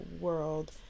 world